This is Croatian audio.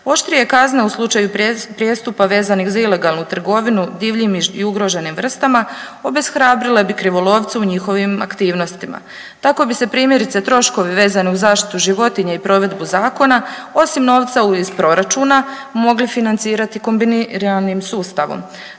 Oštrije kazne u slučaju prijestupa vezanih za ilegalnu trgovinu divljim i ugroženim vrstama obeshrabrile bi krivolovce u njihovim aktivnostima. Tako bi se primjerice troškovi vezani uz zaštitu životinja i provedbu zakona osim novca iz proračuna mogli financirati kombiniranim sustavom